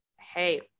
hey